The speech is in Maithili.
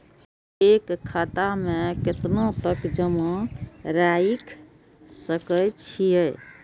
एक खाता में केतना तक जमा राईख सके छिए?